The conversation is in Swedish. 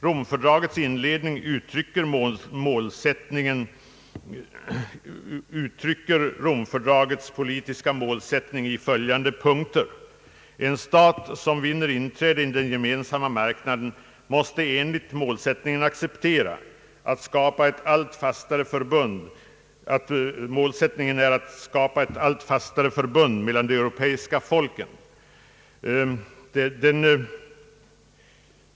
Rom-fördragets inledning uttrycker Rom-fördragets politiska målsättning i följande punkter. En stat som vinner inträde i Gemensamma marknaden måste enligt denna målsättning acceptera, 1) att skapa ett allt fastare förbund mellan de europeiska folken.